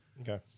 Okay